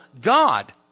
God